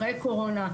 אחראי קורונה,